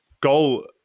goal